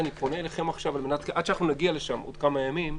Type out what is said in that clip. עד שנגיע לשם עוד כמה ימים,